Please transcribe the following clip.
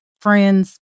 friends